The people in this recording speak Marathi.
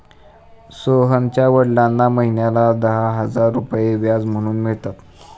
सोहनच्या वडिलांना महिन्याला दहा हजार रुपये व्याज म्हणून मिळतात